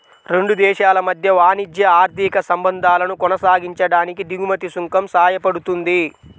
రెండు దేశాల మధ్య వాణిజ్య, ఆర్థిక సంబంధాలను కొనసాగించడానికి దిగుమతి సుంకం సాయపడుతుంది